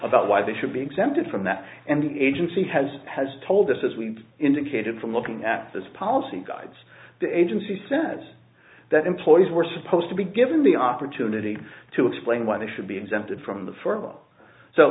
about why they should be exempted from that and the agency has has told us as we've indicated from looking at this policy guides the agency says that employees were supposed to be given the opportunity to explain why they should be exempted from the f